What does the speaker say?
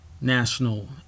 National